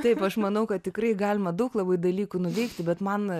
taip aš manau kad tikrai galima daug labai dalykų nuveikti bet man